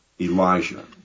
Elijah